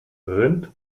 rind